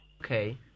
Okay